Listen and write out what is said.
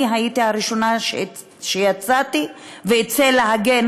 אני הייתי הראשונה שיצאתי ואצא להגן